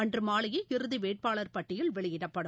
அன்று மாலையே இறுதி வேட்பாளர் பட்டியல் வெளியிடப்படும்